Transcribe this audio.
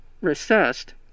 recessed